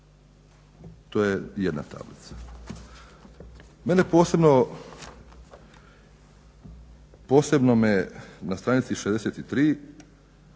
To je jedna tablica. Mene posebno na str. 63.